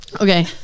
okay